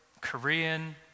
Korean